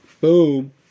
boom